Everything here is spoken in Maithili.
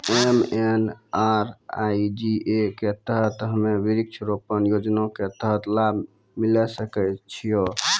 एम.एन.आर.ई.जी.ए के तहत हम्मय वृक्ष रोपण योजना के तहत लाभ लिये सकय छियै?